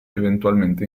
eventualmente